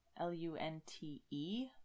l-u-n-t-e